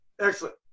Excellent